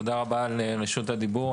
תודה רבה על רשות הדיבור.